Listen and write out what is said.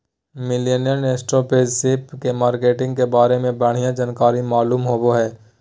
millennial entrepreneurship के marketing के बारे में बढ़िया जानकारी मालूम होबो हय